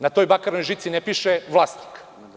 Na toj bakarnoj žici ne piše – vlasnik.